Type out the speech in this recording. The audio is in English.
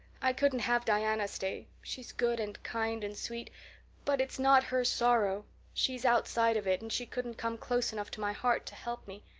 i couldn't have diana stay, she's good and kind and sweet but it's not her sorrow she's outside of it and she couldn't come close enough to my heart to help me.